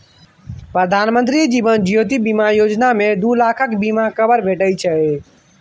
प्रधानमंत्री जीबन ज्योती बीमा योजना मे दु लाखक बीमा कबर भेटै छै